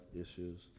issues